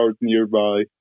nearby